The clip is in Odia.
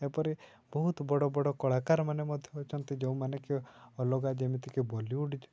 ଏପରି ବହୁତ ବଡ଼ ବଡ଼ କଳାକାରମାନେ ମଧ୍ୟ ଅଛନ୍ତି ଯେଉଁମାନେ କି ଅଲଗା ଯେମିତିକି ବଲିଉଡ଼୍